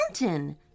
mountain